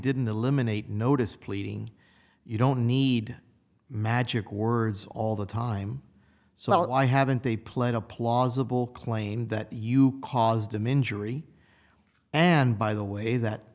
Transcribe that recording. didn't eliminate notice pleading you don't need magic words all the time so it why haven't they played a plausible claim that you caused them injury and by the way that